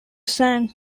sang